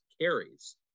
carries